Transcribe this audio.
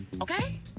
okay